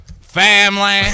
family